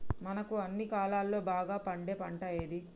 మనకు అన్ని కాలాల్లో బాగా పండే పంట ఏది?